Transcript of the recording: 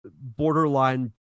borderline